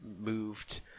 moved